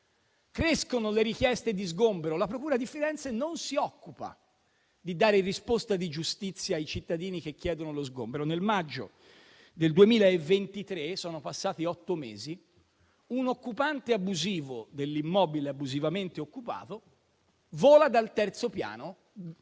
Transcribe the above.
Crescono le richieste di sgombero, ma la procura di Firenze non si occupa di dare una risposta di giustizia ai cittadini che chiedono lo sgombero. Nel maggio 2023 (sono passati otto mesi), un occupante abusivo dell'immobile abusivamente occupato vola dal terzo piano,